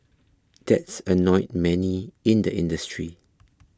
that's annoyed many in the industry